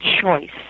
choice